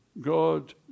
God